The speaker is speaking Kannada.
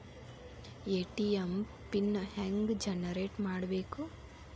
ಎ.ಟಿ.ಎಂ ಪಿನ್ ಹೆಂಗ್ ಜನರೇಟ್ ಮಾಡಬೇಕು?